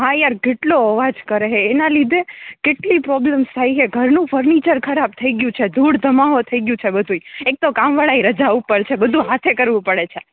હા યાર કેટલો અવાજ કરે હે એના લીધે કેટલી પ્રોબ્લમસ થાયે હે ઘરનું ફર્નિચર ખરાબ થઇ ગયુ છે ધૂડ ધમાહ થઈ ગયુ છે બધુ ઇ એક તો કામ વાળાયે રજા ઉપર છે બધુ હાથે કરવું પડે છે